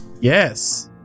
yes